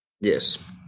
Yes